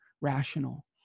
rational